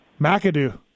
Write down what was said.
McAdoo